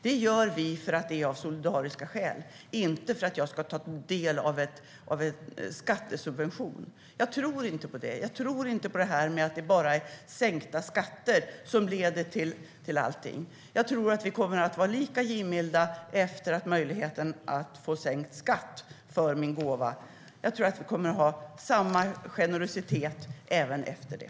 Det gör vi av solidariska skäl, inte för att ta del av en skattesubvention. Jag tror inte på att det bara är sänkta skatter som ska leda till allting. Jag tror att vi kommer att vara lika givmilda även utan möjlighet att få sänkt skatt för gåvan. Jag tror att vi kommer att se samma generositet även efter det.